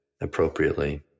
appropriately